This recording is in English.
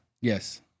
Yes